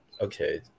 Okay